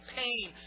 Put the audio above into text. pain